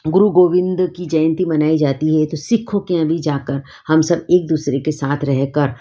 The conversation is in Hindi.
गुरु गोविन्द की जयंती मनाई जाती है तो सिक्खों के यहाँ भी जाकर हम सब एक दूसरे के साथ रहकर